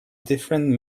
different